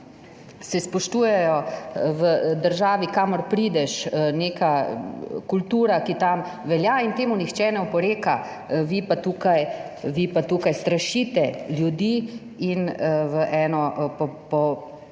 se spoštujejo v državi kamor prideš neka kultura, ki tam velja. In temu nihče ne oporeka. Vi pa tukaj strašite ljudi in v eno